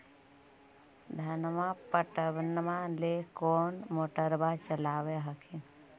धनमा पटबनमा ले कौन मोटरबा चलाबा हखिन?